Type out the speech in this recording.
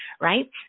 right